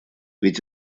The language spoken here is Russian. ведь